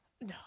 No